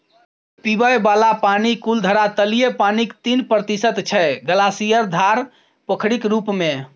पीबय बला पानि कुल धरातलीय पानिक तीन प्रतिशत छै ग्लासियर, धार, पोखरिक रुप मे